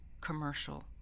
commercial